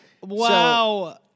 Wow